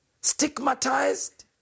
stigmatized